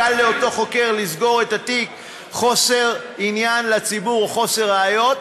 קל לאותו חוקר לסגור את התיק מחוסר עניין לציבור או מחוסר ראיות,